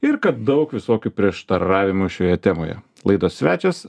ir kad daug visokių prieštaravimų šioje temoje laidos svečias